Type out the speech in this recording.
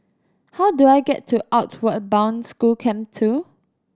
how do I get to Outward Bound School Camp Two